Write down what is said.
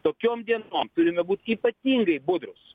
tokiom dienom turime būt ypatingai budrūs